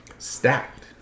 stacked